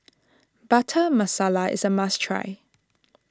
Butter Masala is a must try